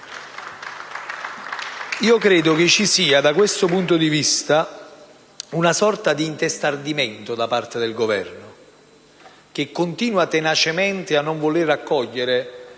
Credo che da questo punto di vista ci sia una sorta di intestardimento da parte del Governo, che continua tenacemente a non voler accogliere